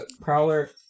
Prowler